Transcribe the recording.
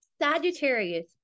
Sagittarius